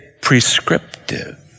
prescriptive